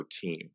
team